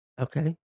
Okay